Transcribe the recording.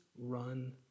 run